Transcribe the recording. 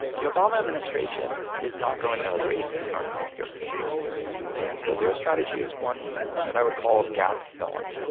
the obama administration is not going to ah erase the current health care system and so their strategy is one that i would call ah gap-filling.